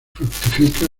fructifica